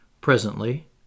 Presently